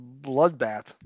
bloodbath